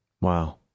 Wow